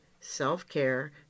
self-care